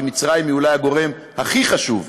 כי מצרים היא אולי הגורם הכי חשוב,